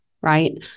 right